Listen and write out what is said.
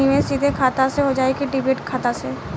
निवेश सीधे खाता से होजाई कि डिमेट खाता से?